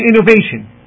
innovation